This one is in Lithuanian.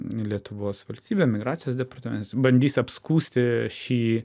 lietuvos valstybe migracijos departamentas bandys apskųsti šį